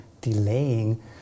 delaying